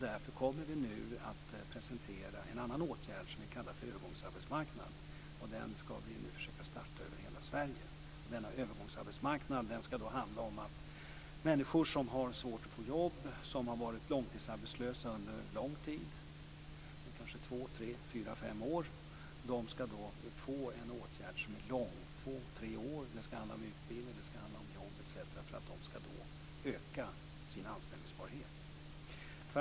Därför kommer vi nu att presentera en annan åtgärd som vi kallar för övergångsarbetsmarknad. Den ska vi nu försöka starta över hela Sverige. Denna övergångsarbetsmarknad ska handla om att människor som har svårt att få jobb, som har varit långtidsarbetslösa under kanske två, tre, fyra eller fem år ska bli föremål för en åtgärd som är lång, två-tre år. Det ska handla om utbildning, om jobb etc. för att de ska öka sin anställningsbarhet.